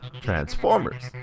transformers